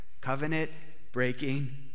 covenant-breaking